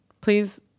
please